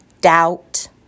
doubt